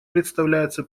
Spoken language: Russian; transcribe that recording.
представляется